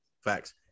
Facts